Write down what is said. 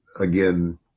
again